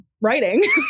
writing